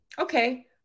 Okay